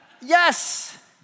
Yes